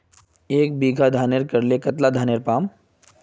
एक बीघा धानेर करले कतला धानेर पाम?